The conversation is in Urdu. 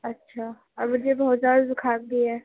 اچھا اور مجھے بہت زیادہ زکام بھی ہے